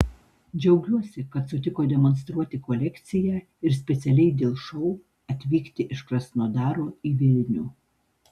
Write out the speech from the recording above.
džiaugiuosi kad sutiko demonstruoti kolekciją ir specialiai dėl šou atvykti iš krasnodaro į vilnių